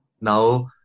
Now